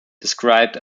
described